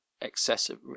excessive